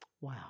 Wow